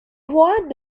voit